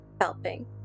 helping